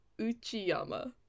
uchiyama